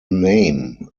name